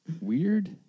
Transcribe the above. weird